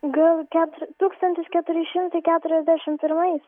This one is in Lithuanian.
gal ketr tūkstantis keturi šimtai keturiasdešim pirmais